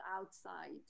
outside